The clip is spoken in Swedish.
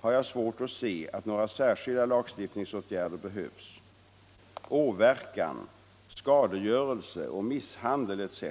har jag svårt att se att några särskilda lagstiftningsåtgärder behövs. Åverkan, skadegörelse, misshandel etc.